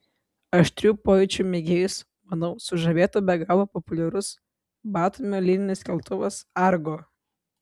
aštrių pojūčių mėgėjus manau sužavėtų be galo populiarus batumio lyninis keltuvas argo